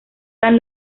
san